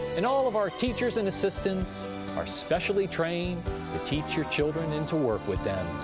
and all of our teachers and assistants are specially trained to teach your children and to work with them.